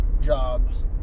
jobs